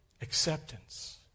acceptance